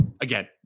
Again